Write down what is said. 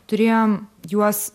turėjom juos